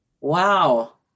wow